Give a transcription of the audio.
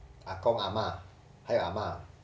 阿公阿嫲还有阿嫲